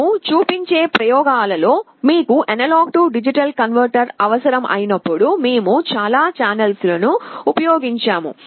మేము చూపించే ప్రయోగాలలో మీకు A D కన్వర్టర్ అవసరం అయినప్పుడు మేము చాలా ఛానల్లను ఉపయోగించము